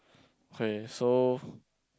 okay so